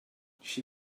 she